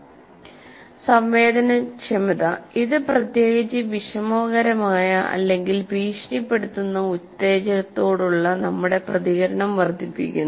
സംവേദനക്ഷമത ഇത് പ്രത്യേകിച്ച് വിഷമകരമായ അല്ലെങ്കിൽ ഭീഷണിപ്പെടുത്തുന്ന ഉത്തേജകത്തോടുള്ള നമ്മുടെ പ്രതികരണം വർദ്ധിപ്പിക്കുന്നു